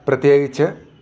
പ്രത്യേകിച്ച്